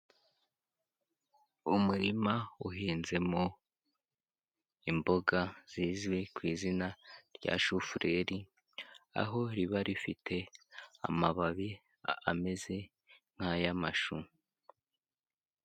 Umurima uhinzemo imboga zizwi ku izina rya shofureri aho riba rifite amababi ameze nk'ayamashu.